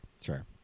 Sure